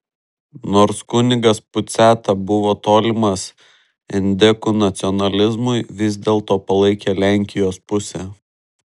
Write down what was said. nors kunigas puciata buvo tolimas endekų nacionalizmui vis dėlto palaikė lenkijos pusę